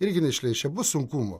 irgi neišleis čia bus sunkumų